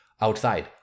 outside